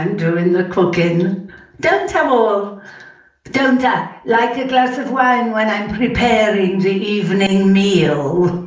and during the cook in that tumble down that like a glass of wine when i'm preparing the evening meal